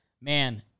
man